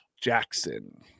Jackson